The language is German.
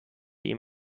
ihm